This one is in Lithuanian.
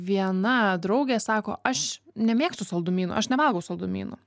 viena draugė sako aš nemėgstu saldumynų aš nevalgau saldumynų